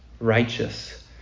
righteous